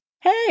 hey